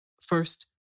First